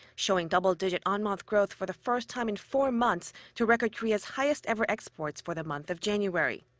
showing double-digit on-month growth for the first time in four months to record korea's highest ever exports for the month of january.